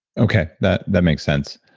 okay, that that makes sense.